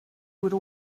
would